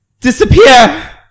Disappear